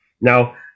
Now